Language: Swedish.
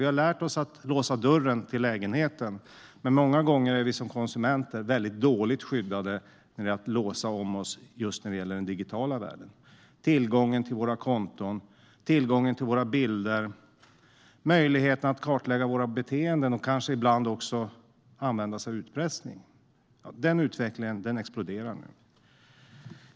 Vi har lärt oss att låsa dörren till lägenheten. Men många gånger är vi som konsumenter väldigt dåliga på att låsa om oss just när det gäller den digitala världen. Det handlar om tillgången till våra konton, tillgången till våra bilder och möjligheten att kartlägga våra beteenden. Ibland kan man kanske också använda sig av utpressning. Den utvecklingen exploderar nu.